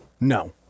No